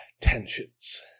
tensions